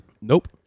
Nope